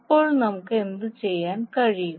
അപ്പോൾ നമുക്ക് എന്തുചെയ്യാൻ കഴിയും